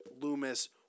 Loomis